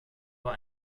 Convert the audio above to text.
bei